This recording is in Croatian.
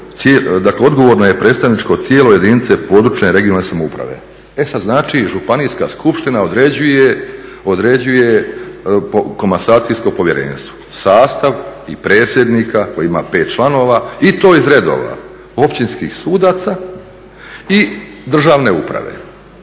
dakle odgovorno je predstavničko tijelo jedinice područne regionalne samouprave. E sad znači županijska skupština određuje komasacijsko povjerenstvo, sastav i predsjednika koji ima pet članova i to iz redova općinskih sudaca i državne uprave,